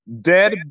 Dead